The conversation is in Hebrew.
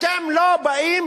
אתם לא באים,